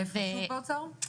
זה שוב באוצר?